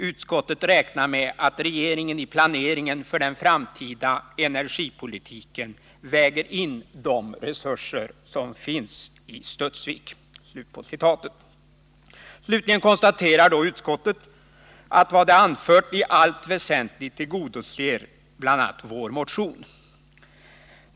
Utskottet räknar med att regeringen i planeringen för den framtida energipolitiken väger in de resurser som finns vid Studsvik.” Slutligen konstaterar utskottet att vad utskottet anfört i allt väsentligt tillgodoser bl.a. vår motion.